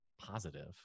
positive